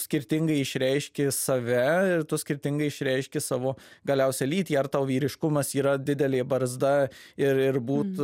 skirtingai išreiški save ir tu skirtingai išreiški savo galiausia lytį ar tau vyriškumas yra didelė barzda ir ir būt